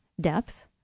depth